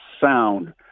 sound